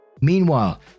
meanwhile